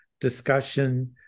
discussion